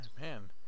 Man